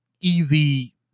easy